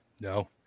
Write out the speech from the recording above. No